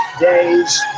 days